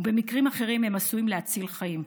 ובמקרים אחרים הם עשויים להציל חיים.